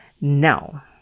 now